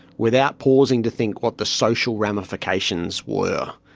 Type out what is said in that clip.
without pausing to think what the social ramifications were.